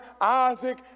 Isaac